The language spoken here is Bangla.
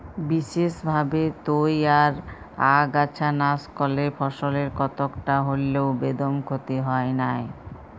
বিসেসভাবে তইয়ার আগাছানাসকলে ফসলের কতকটা হল্যেও বেদম ক্ষতি হয় নাই